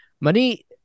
Money